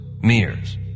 mirrors